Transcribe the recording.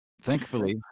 thankfully